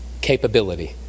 capability